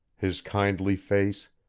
his kindly face,